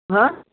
हा